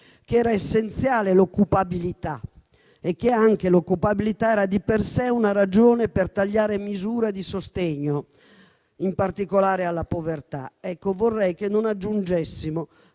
che era essenziale l'occupabilità e che anche l'occupabilità era di per sé una ragione per tagliare misure di sostegno, in particolare alla povertà. Ecco, vorrei che non aggiungessimo